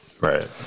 right